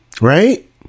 Right